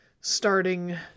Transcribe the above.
starting